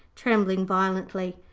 trembling violently.